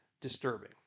disturbing